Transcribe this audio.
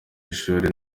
ishuri